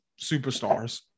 superstars